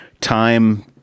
time